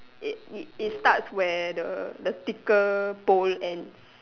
i~ it it starts where the thicker pole ends